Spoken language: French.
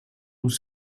nous